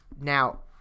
Now